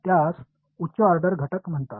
त्यास उच्च ऑर्डर घटक म्हणतात